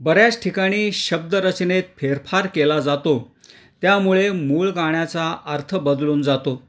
बऱ्याच ठिकाणी शब्दरचनेत फेरफार केला जातो त्यामुळे मूळ गाण्याचा अर्थ बदलून जातो